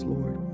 Lord